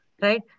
right